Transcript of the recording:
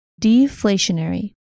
Deflationary